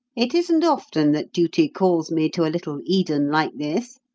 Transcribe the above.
it isn't often that duty calls me to a little eden like this.